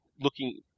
looking